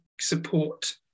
support